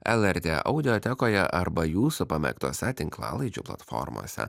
lrt audiotekoje arba jūsų pamėgtose tinklalaidžių platformose